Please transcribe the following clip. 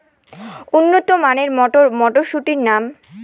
উন্নত মানের মটর মটরশুটির নাম?